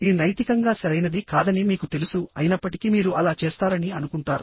ఇది నైతికంగా సరైనది కాదని మీకు తెలుసు అయినప్పటికీ మీరు అలా చేస్తారని అనుకుంటారు